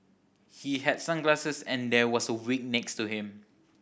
he had sunglasses and there was a wig next to him